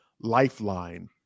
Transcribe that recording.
lifeline